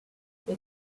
they